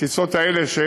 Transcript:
הטיסות האלה,